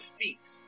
feet